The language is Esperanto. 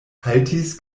haltis